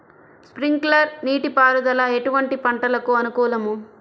Sprinkler నీటిపారుదల ఎటువంటి పంటలకు అనుకూలము?